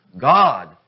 God